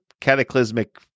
cataclysmic